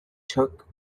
took